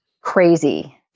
crazy